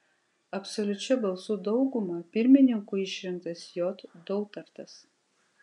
absoliučia balsų dauguma pirmininku išrinktas j dautartas